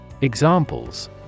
Examples